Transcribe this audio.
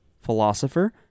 philosopher